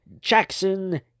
Jackson